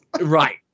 right